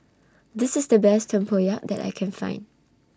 This IS The Best Tempoyak that I Can Find